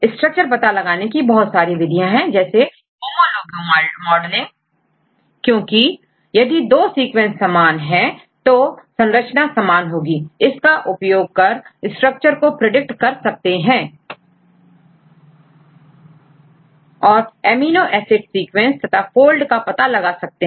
structure पता करने की बहुत सारी विधियां हैं जैसे होमोलोगी मॉडलिंग क्योंकि यदि दो सीक्वेंस एक समान है तो संरचना एक समान होगी इसका उपयोग कर स्ट्रक्चर को प्रिडिक्ट कर सकते हैं और एमिनो एसिड सीक्वेंस तथा फोल्ड का पता भी लगा सकते हैं